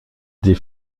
des